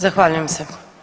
Zahvaljujem se.